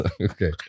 Okay